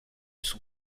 son